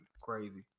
crazy